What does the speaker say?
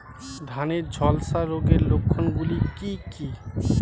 ধানের ঝলসা রোগের লক্ষণগুলি কি কি?